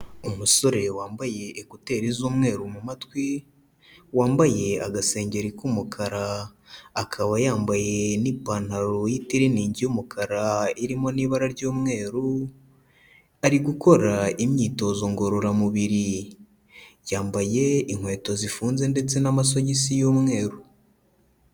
Umusore wambaye ekuteri z'umweru mu mumatwi, wambaye agasengeri k'umukara, akaba yambaye n'ipantaro y'itiriningi y'umukara irimo n'ibara ry'umweru, ari gukora imyitozo ngororamubiri, yambaye inkweto zifunze ndetse n'amasogisi y'umweru.